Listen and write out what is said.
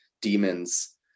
demons